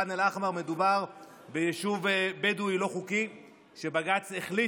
אל-אחמר: מדובר ביישוב בדואי לא חוקי שבג"ץ החליט